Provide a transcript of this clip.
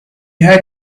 had